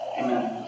Amen